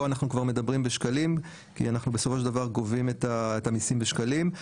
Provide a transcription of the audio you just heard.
פה אנחנו מדברים בשקלים כי בסופו של דבר אנחנו גובים את המיסים בשקלים.